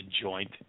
joint